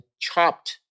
chopped